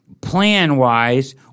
plan-wise